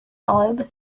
arab